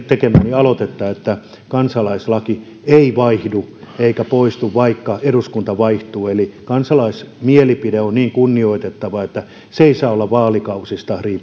tekemääni aloitetta että kansalaislakialoite ei vaihdu eikä poistu vaikka eduskunta vaihtuu eli kansalaismielipide on niin kunnioitettava että se ei saa olla vaalikausista